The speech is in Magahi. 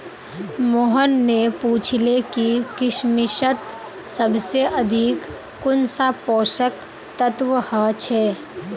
मोहन ने पूछले कि किशमिशत सबसे अधिक कुंन सा पोषक तत्व ह छे